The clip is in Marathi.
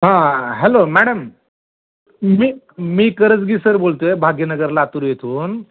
हा हॅलो मॅडम मी मी करजगी सर बोलतो आहे भाग्यनगर लातूर येथून